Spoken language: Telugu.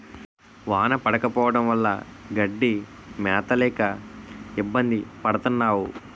వాన పడకపోవడం వల్ల గడ్డి మేత లేక ఇబ్బంది పడతన్నావు